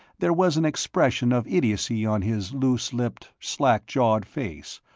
there was an expression of idiocy on his loose-lipped, slack-jawed face,